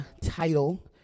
title